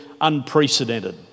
unprecedented